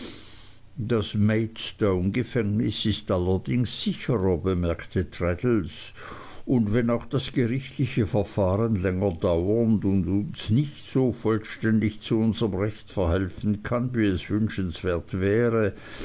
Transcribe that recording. das maidstone gefängnis ist allerdings sicherer bemerkte traddles und wenn auch das gerichtliche verfahren länger dauern und uns nicht so vollständig zu unserm recht verhelfen kann wie es wünschenswert wäre